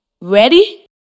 Ready